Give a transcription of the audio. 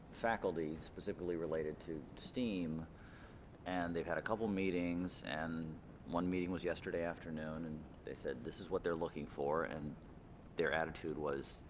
faculty specifically related to steam and they had a couple meetings and one meeting was yesterday afternoon and they said this is what they're looking for and their attitude was